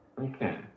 Okay